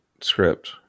script